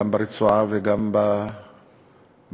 גם ברצועה וגם בגדה,